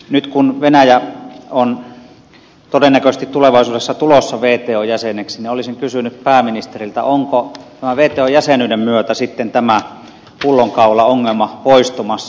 nyt kun venäjä on todennäköisesti tulevaisuudessa tulossa wton jäseneksi olisin kysynyt pääministeriltä onko tämän wton jäsenyyden myötä tämä pullonkaulaongelma poistumassa